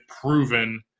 proven